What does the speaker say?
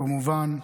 כמובן,